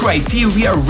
Criteria